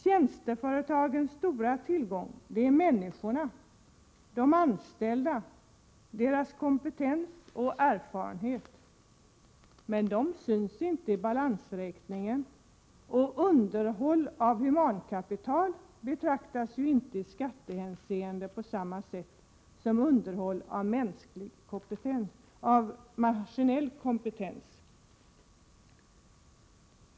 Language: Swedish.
Tjänsteföretagens stora tillgång är människorna, de anställda, deras kompetens och erfarenhet, men det syns inte i balansräkningen, och underhåll av humankapital betraktas inte i skattehänseende på samma sätt som underhåll av maskinell kompetens.